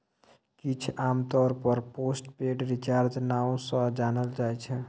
किछ आमतौर पर पोस्ट पेड रिचार्ज नाओ सँ जानल जाइ छै